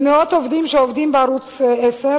מאות עובדים שעובדים בערוץ-10,